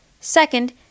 Second